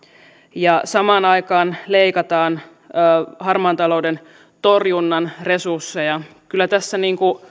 ja samaan aikaan leikataan harmaan talouden torjunnan resursseja kyllä tässä